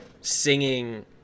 singing